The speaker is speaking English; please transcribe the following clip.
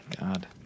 God